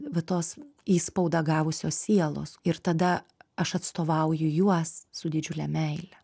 va tos įspaudą gavusios sielos ir tada aš atstovauju juos su didžiule meile